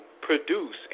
produce